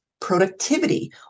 productivity